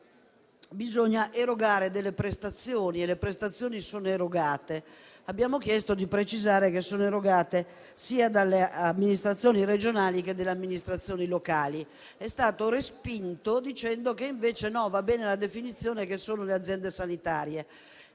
bisogna erogare delle prestazioni e le prestazioni sono erogate. Abbiamo chiesto di precisare che sono erogate sia dalle amministrazioni regionali sia da quelle locali. La proposta è stata respinta dicendo che invece va bene la definizione che sono le aziende sanitarie.